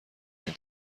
این